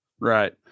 Right